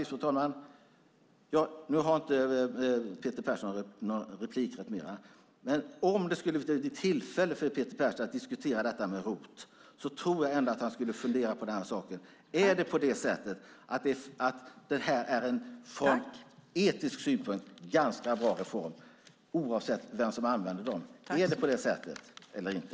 Fru talman! Nu har inte Peter Persson rätt till någon mer replik. Men om det skulle bli tillfälle för Peter Persson att diskutera ROT-avdraget tror jag att han ändå skulle fundera på om det här från etisk synpunkt är en ganska bra reform, oavsett vem som använder den. Är det på det sättet eller inte?